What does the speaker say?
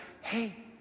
hey